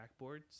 backboards